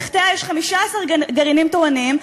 תחתיה יש 15 גרעינים תורניים,